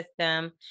system